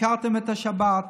הפקרתם את השבת,